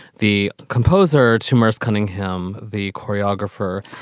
the composer, to merce cunningham, the choreographer,